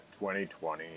2020